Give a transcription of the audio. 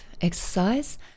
exercise